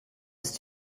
ist